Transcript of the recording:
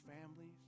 families